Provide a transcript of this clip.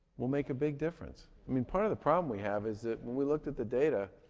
we'll make a big difference. i mean, part of the problem we have is that when we looked at the data,